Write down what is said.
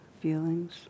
feelings